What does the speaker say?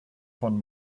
von